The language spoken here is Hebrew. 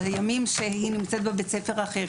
בימים שהיא נמצאת בבית ספר אחר,